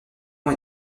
ont